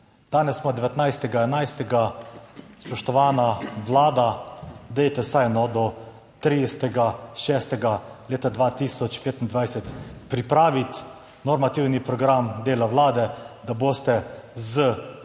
Danes smo od, 19. 11., spoštovana Vlada, dajte vsaj do 30. 6. leta 2025 pripraviti normativni program dela Vlade, da boste z tudi